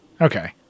Okay